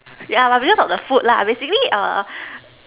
yeah because of the food lah basically